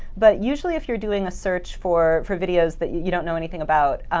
but usually, if you're doing a search for for videos that you you don't know anything about,